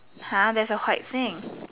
!huh! there's a white thing